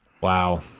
Wow